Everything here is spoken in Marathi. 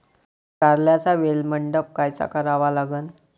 कारल्याचा वेल मंडप कायचा करावा लागन?